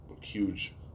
huge